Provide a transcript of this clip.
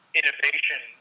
innovation